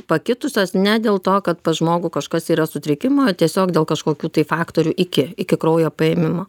pakitusios ne dėl to kad pas žmogų kažkas yra sutrikim o tiesiog dėl kažkokių tai faktorių iki iki kraujo paėmimo